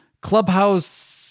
Clubhouse